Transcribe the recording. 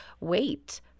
wait